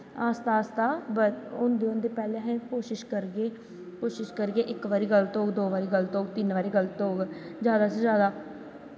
आस्ता आस्ता होंदे होंदे पैह्लैं अस कोशिश करगे कोशिश करगे इक बारी गल्त होग दो बारी गल्त होग तिन्न बारी गल्त होग जादा शा जादा